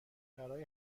برای